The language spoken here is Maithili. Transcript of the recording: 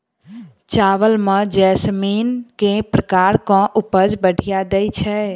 चावल म जैसमिन केँ प्रकार कऽ उपज बढ़िया दैय छै?